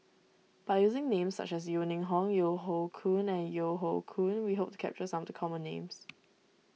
by using names such as Yeo Ning Hong Yeo Hoe Koon Yeo Hoe Koon we hope to capture some of the common names